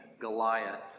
Goliath